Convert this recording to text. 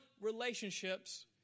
relationships